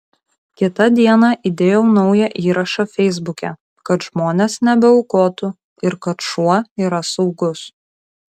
kitą dieną įdėjau naują įrašą feisbuke kad žmonės nebeaukotų ir kad šuo yra saugus